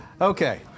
Okay